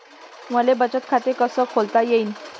मले बचत खाते कसं खोलता येईन?